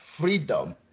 freedom